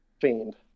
Fiend